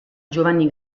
giovanni